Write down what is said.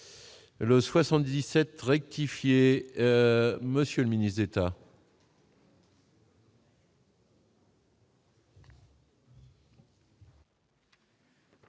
le 77 rectifier, monsieur le ministre d'État.